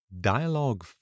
Dialogue